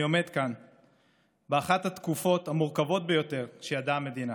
אני עומד כאן באחת התקופות המורכבות ביותר שידעה המדינה